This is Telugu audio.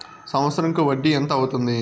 సంవత్సరం కు వడ్డీ ఎంత అవుతుంది?